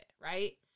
right